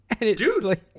Dude